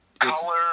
color